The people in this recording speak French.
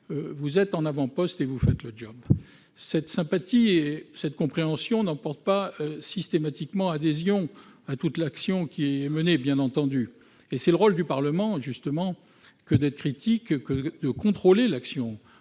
vous êtes aux avant-postes et vous faites le. Bien entendu, cette sympathie et cette compréhension n'emportent pas systématiquement adhésion à toute l'action qui est menée et c'est le rôle du Parlement, justement, que de se montrer critique, de contrôler l'action